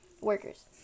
workers